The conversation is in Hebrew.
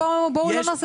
בואו לא נעשה סלט.